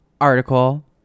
article